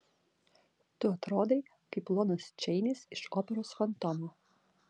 tu atrodai kaip lonas čeinis iš operos fantomo